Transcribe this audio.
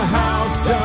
house